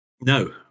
No